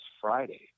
Friday